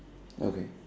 okay